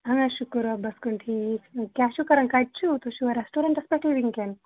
اَہَن حظ شُکُر رۅبَس کُن ٹھیٖک کیٛاہ چھُو کَرَان کَتہِ چھُو تُہۍ چھِوٕ ریسٹورَنٹَس پٮ۪ٹھٕے وٕنکٮ۪ن